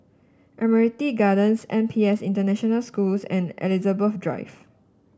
Admiralty Gardens N P S International Schools and Elizabeth Drive